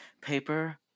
paper